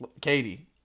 Katie